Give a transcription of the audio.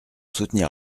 soutenir